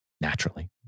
Naturally